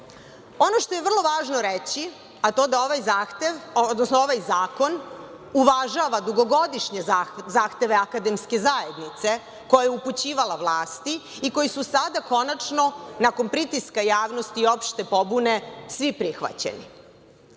što je vrlo važno reći, a to je da ovaj Zakon uvažava dugogodišnje zahteve akademske zajednice, koja je upućivala vlasti i koji su sada konačno nakon pritiska javnosti i opšte pobune svi prihvaćeni.